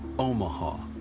omaha.